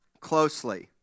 closely